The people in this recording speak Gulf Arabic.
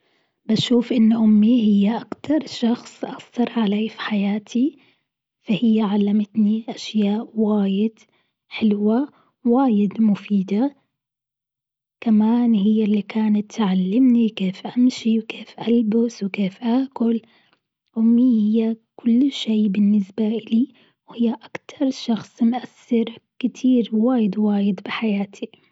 بشوف إن أمي هي أكتر شخص أثر علي في حياتي، فهي علمتني أشياء واجد حلوة واجد مفيدة، كمان هي اللي كانت تعلمني كيف أمشي وكيف ألبس وكيف أكل، أمي هي كل شيء بالنسبة إلي وهي أكثر شخص مؤثر كتير واجد واجد بحياتي.